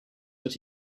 that